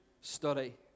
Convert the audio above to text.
study